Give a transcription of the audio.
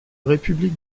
république